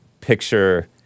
picture